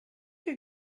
you